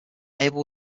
abel